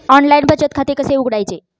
Online बचत खाते कसे उघडायचे?